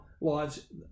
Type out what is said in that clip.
lives